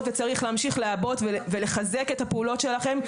וצריך להמשיך לעבות ולחזק את הפעולות שלכן,